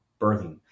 birthing